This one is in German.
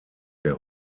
der